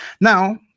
now